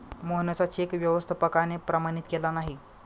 मोहनचा चेक व्यवस्थापकाने प्रमाणित केला नाही